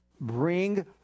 bring